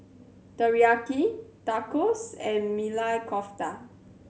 Teriyaki Tacos and Maili Kofta